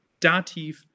Dativ